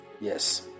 Yes